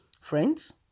Friends